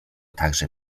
także